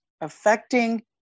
affecting